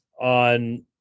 on